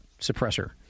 suppressor